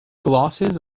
glosses